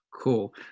Cool